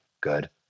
Good